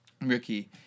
Ricky